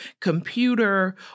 computer